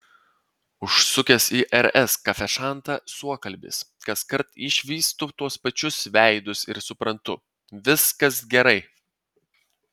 užsukęs į rs kafešantaną suokalbis kaskart išvystu tuos pačius veidus ir suprantu viskas gerai